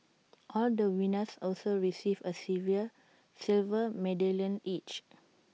all the winners also received A silver medallion each